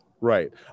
Right